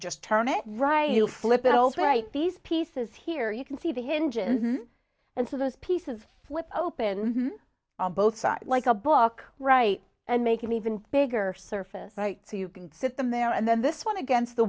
just turn it right you'll slip it all right these pieces here you can see the hinges and so those pieces flip open on both sides like a book right and make an even bigger surface right so you can sit them there and then this one against the